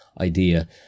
idea